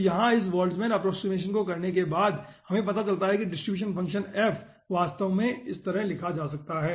तो यहाँ इस बोल्ट्जमान अप्प्रोक्सिमशन को करने के बाद हमें पता चलता है कि डिस्ट्रीब्यूशन फ़ंक्शन f वास्तव में इस तरह लिखा जा सकता है